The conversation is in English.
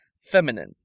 Feminine